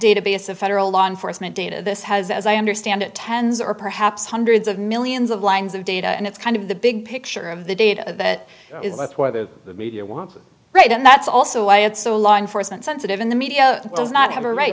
database of federal law enforcement data this has as i understand it tens or perhaps hundreds of millions of lines of data and it's kind of the big picture of the data that is that's why the media wants it right and that's also why it's so law enforcement sensitive in the media does not have a right